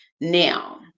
Now